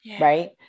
Right